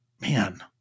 man